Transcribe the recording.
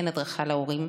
אין הדרכה להורים.